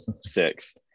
six